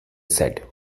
said